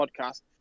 podcast